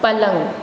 पलंग